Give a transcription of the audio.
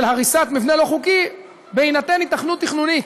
הריסת מבנה לא חוקי בהינתן היתכנות תכנונית.